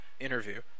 interview